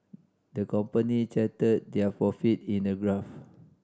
the company charted their profit in a graph